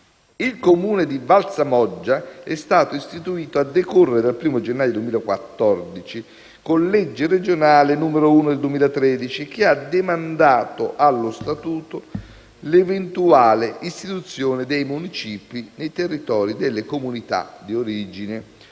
Il Comune di Valsamoggia è stato istituito, a decorrere dal 1° gennaio 2014, con la legge regionale n. 1 del 2013, che ha demandato allo statuto l'eventuale istituzione dei municipi nei territori delle comunità di origine